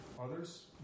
others